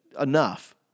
enough